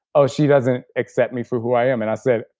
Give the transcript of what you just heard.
oh, she doesn't accept me for who i am. and i said,